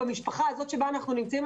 במשפחה הזאת שבה אנחנו נמצאים,